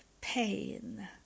pain